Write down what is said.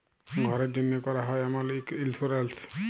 ঘ্যরের জ্যনহে ক্যরা হ্যয় এমল ইক ইলসুরেলস